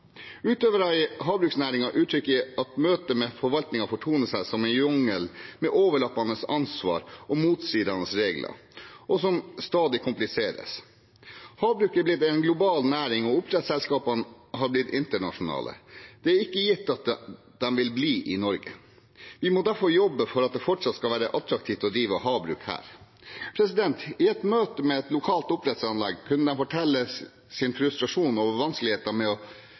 i havbruksnæringen uttrykker at møtet med forvaltningen fortoner seg som en jungel med overlappende ansvar og motstridende regler, og som stadig kompliseres. Havbruk har blitt en global næring, og oppdrettsselskapene har blitt internasjonale. Det er ikke gitt at de vil bli i Norge. Vi må derfor jobbe for at det fortsatt skal være attraktivt å drive havbruk her. I et møte med et lokalt oppdrettsanlegg kunne de fortelle om sin frustrasjon over